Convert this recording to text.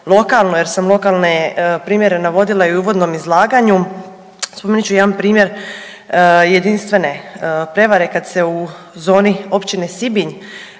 jer sam lokalne primjere navodila i u uvodnom izlaganju, spomenut ću jedan primjer jedinstvene prevare kad se u zoni općine Sibinj